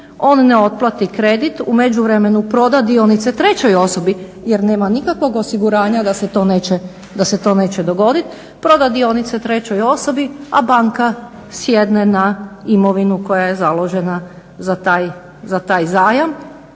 on ne otplati kredit u međuvremenu proda dionice trećoj osobi jer nema nikakvog osiguranja da se to neće dogoditi, proda dionice trećoj osobi, a banka sjedne na imovinu koja je založena za taj zajam.